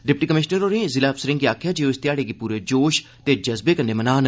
deputy commissioner होरे जिला अफसरे गी आखेआ जे ओह इस ध्याड़े गी पूरे जोश ते जज्बे केन्नै मनान